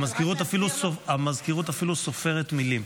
המזכירות אפילו סופרת מילים.